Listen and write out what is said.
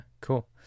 Cool